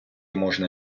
можна